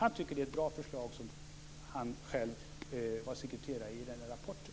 Han tycker att det var ett bra förslag. Han hade själv varit sekreterare i kommissionen.